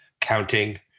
counting